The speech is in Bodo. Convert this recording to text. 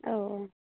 औ औ